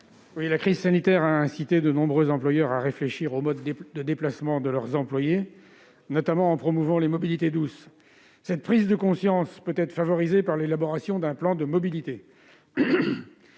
La crise sanitaire a incité de nombreux employeurs à réfléchir aux modes de déplacement de leurs employés, notamment en promouvant les mobilités douces. Cette prise de conscience peut être favorisée par l'élaboration d'un plan de mobilité.